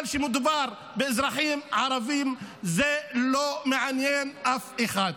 אבל כשמדובר באזרחים ערבים זה לא מעניין אף אחד.